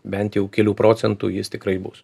bent jau kelių procentų jis tikrai bus